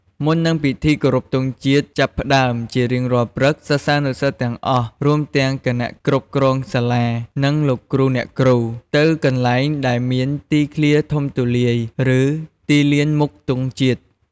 មុននឹងពិធីគោរពទង់ជាតិចាប់ផ្ដើមជារៀងរាល់ព្រឹក សិស្សានុសិស្សទាំងអស់ រួមទាំងគណៈគ្រប់គ្រងសាលា និងលោកគ្រូអ្នកគ្រូ ទៅកន្លែងដែលមានទីធ្លាធំទូលាយ ឬទីលានមុខទង់ជាតិ។